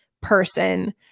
person